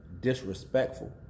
disrespectful